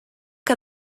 que